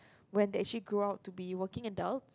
when they actually grow up to be working adult